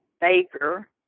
baker